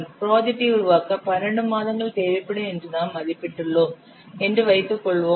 ப்ராஜெக்டை உருவாக்க 12 மாதங்கள் தேவைப்படும் என்று நாம் மதிப்பிட்டுள்ளோம் என்று வைத்துக்கொள்வோம்